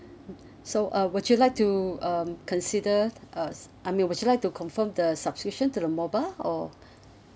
so uh would you like to um consider uh s~ I mean would you like to confirm the subscription to the mobile or